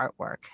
artwork